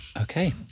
Okay